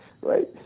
right